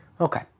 Okay